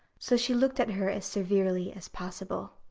so she looked at her as severely as possible.